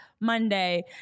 Monday